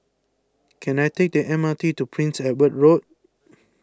can I take the M R T to Prince Edward Road